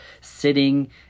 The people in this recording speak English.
sitting